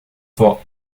fois